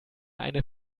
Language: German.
eine